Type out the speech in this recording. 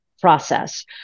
process